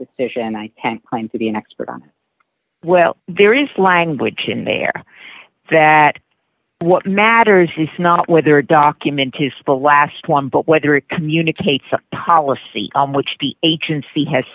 decision and i can't claim to be an expert on well there is language in there that what matters is not whether a document is the last one but whether it communicates a policy on which the agency has